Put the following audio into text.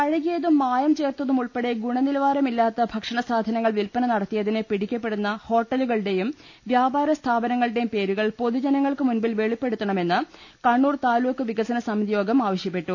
പഴകിയതും മായം ചേർത്തതുമുൾപ്പെടെ ഗുണനിലവാരമില്ലാത്ത ഭക്ഷണ സാധനങ്ങൾ വിൽപ്പന നടത്തിയതിന് പിടിക്കപ്പെടുന്ന ഹോട്ട ലുകളുടെയും വ്യാപാരസ്ഥാപനങ്ങളുടെയും പേരുകൾ പൊതുജന ങ്ങൾക്കു മുമ്പിൽ വെളിപ്പെടുത്തണമെന്ന് കണ്ണൂർ താലൂക്ക് വിക സന സമിതിയോഗം ആവശ്യപ്പെട്ടു